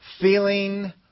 Feeling